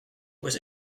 was